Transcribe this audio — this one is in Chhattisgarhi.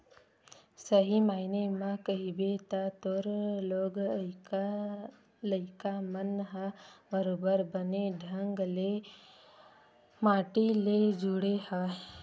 सही मायने म कहिबे त तोर लोग लइका मन ह बरोबर बने ढंग ले माटी ले जुड़े हवय